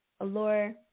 Allure